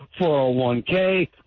401k